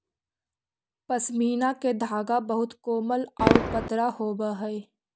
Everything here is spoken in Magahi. पशमीना के धागा बहुत कोमल आउ पतरा होवऽ हइ